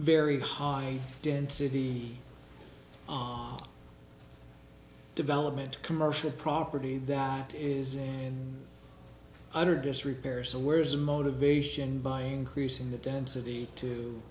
very high density development commercial property that is in under disrepair so where's the motivation buying creasing the density to